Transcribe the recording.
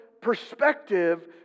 perspective